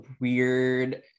weird